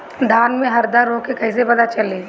धान में हरदा रोग के कैसे पता चली?